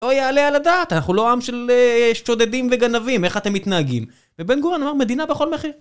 לא יעלה על הדעת, אנחנו לא עם של שודדים וגנבים, איך אתם מתנהגים ? ובן גוריון אמר: מדינה בכל מחיר